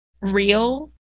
real